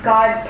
God